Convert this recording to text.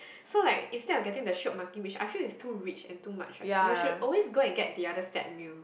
so like instead of getting the shiok maki which I feel is too rich and too much right you should always go and get the other set meal